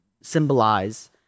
symbolize